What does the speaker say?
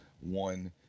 one